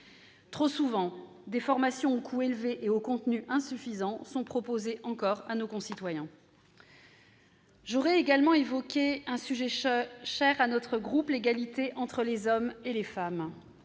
Trop souvent, des formations au coût élevé et au contenu insuffisant sont proposées à nos concitoyens. J'aimerais également évoquer un sujet cher à notre groupe : l'égalité entre les femmes et les hommes.